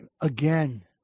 Again